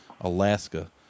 Alaska